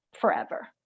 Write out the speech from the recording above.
forever